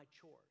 chores